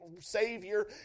Savior